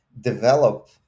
develop